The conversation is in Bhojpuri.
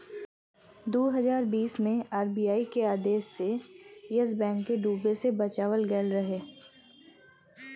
दू हज़ार बीस मे आर.बी.आई के आदेश से येस बैंक के डूबे से बचावल गएल रहे